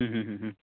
ह्म् ह्म् ह्म् ह्म्